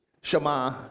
Shema